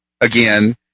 again